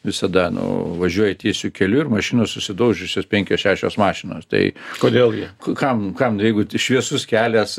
visada nu važiuoji tiesiu keliu ir mašinos susidaužiusios penkios šešios mašinos tai kodėl ji kam kam jeigu šviesus kelias